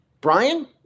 Brian